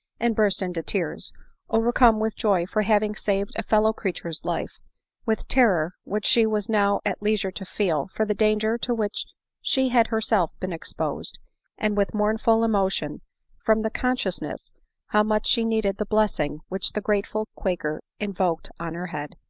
and burst into tears overcome with joy for having saved a fellow-creature's life with terror, which she was now at leisure to feel for the danger to which she had her self been exposed and with mournful emotion from the consciousness how much she needed the blessing which the grateful quaker invoked on her head.